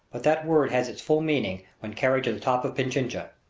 but that word has its full meaning when carried to the top of pichincha.